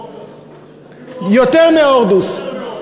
חוץ מהורדוס.